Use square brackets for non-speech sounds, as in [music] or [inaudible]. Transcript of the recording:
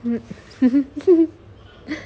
[laughs]